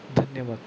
धन्यवाद